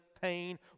pain